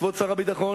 כבוד שר הביטחון,